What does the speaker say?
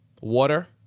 water